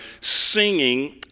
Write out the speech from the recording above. singing